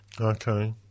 Okay